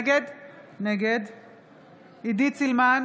נגד עידית סילמן,